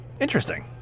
Interesting